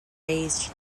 raised